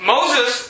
Moses